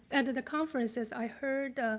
and at the conferences i heard